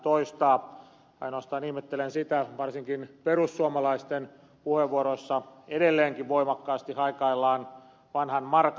ainoastaan ihmettelen sitä että varsinkin perussuomalaisten puheenvuoroissa edelleenkin voimakkaasti haikaillaan vanhan markan perään